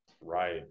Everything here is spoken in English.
Right